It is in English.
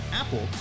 Apple